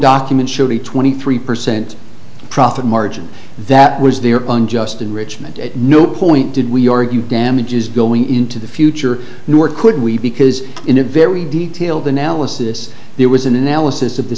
documents show the twenty three percent profit margin that was their unjust enrichment at no point did we argue damages going into the future nor could we because in a very detailed analysis there was an analysis of the